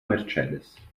mercedes